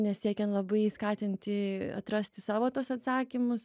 nesiekian labai skatinti atrasti savo tuos atsakymus